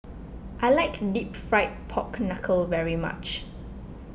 I like Deep Fried Pork Knuckle very much